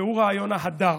זה רעיון ההדר.